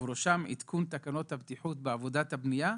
בראשם עדכון תקנות הבטיחות בעבודת הבנייה,